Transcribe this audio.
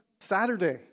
Saturday